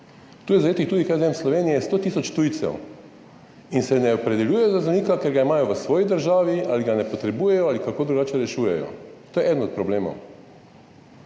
Tu je zajetih tudi, kaj jaz vem, v Sloveniji je 100 tisoč tujcev in se ne opredeljujejo do zdravnika, ker ga imajo v svoji državi, ga ne potrebujejo ali kako drugače rešujejo. To je eden od problemov.